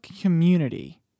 community